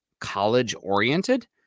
college-oriented